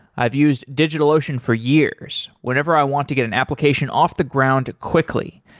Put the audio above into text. i've used digitalocean for years whenever i want to get an application off the ground quickly,